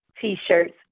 T-shirts